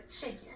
chicken